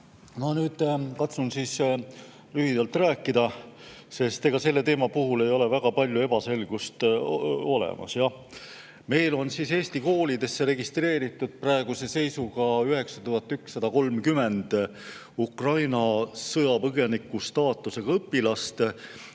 hea. Katsun lühidalt rääkida, sest ega selle teema puhul väga palju ebaselgust ei ole. Meil on Eesti koolidesse registreeritud praeguse seisuga 9130 Ukraina sõjapõgeniku staatusega õpilast.